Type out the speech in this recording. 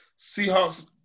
Seahawks